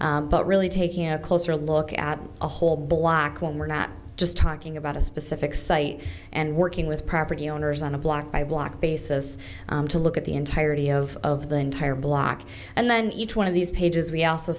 well but really taking a closer look at a whole block when we're not just talking about a specific site and working with property owners on a block by block basis to look at the entirety of of the entire block and then each one of these pages we also